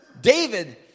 David